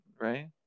Right